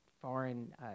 foreign